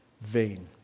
vain